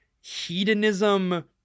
hedonism